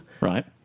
Right